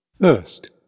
first